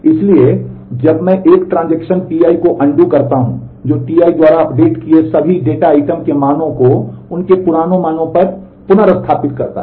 इसलिए जब मैं एक ट्रांजेक्शन करता हूं जो Ti द्वारा अपडेट किए गए सभी डेटा आइटम के मानों को उनके पुराने मानों पर पुनर्स्थापित करता है